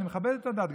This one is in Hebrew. אני מכבד את הדת,